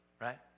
right